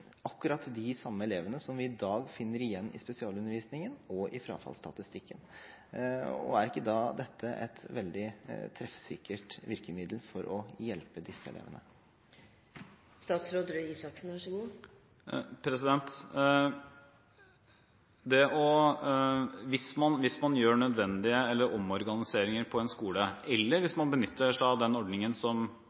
akkurat de samme elevene som vi i dag finner igjen i spesialundervisningen og i frafallsstatistikken. Er ikke dette da et veldig treffsikkert virkemiddel for å hjelpe disse elevene? Hvis man gjør omorganiseringer på en skole, eller hvis man benytter seg av den ordningen som